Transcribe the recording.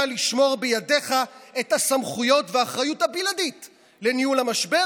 לשמור בידיך את הסמכויות והאחריות הבלעדיות לניהול המשבר,